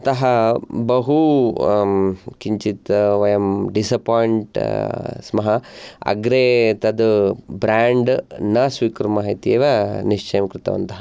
अतः बहु किञ्चित् वयं डिसापायिण्ट् स्मः अग्रे तद् ब्राण्ड् न स्वीकुर्मः इत्येव निश्चयं कृतवन्तः